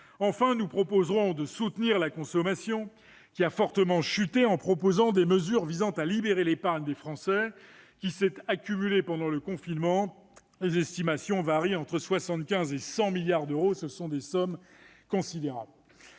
Enfin, nous proposerons de soutenir la consommation, qui a fortement chuté, au travers de mesures visant à libérer l'épargne des Français, qui s'est accumulée pendant le confinement. Les estimations varient entre 75 milliards et 100 milliards d'euros, c'est considérable